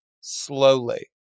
slowly